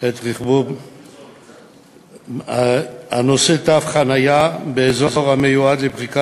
את רכבו הנושא תו חניה באזור המיועד לפריקה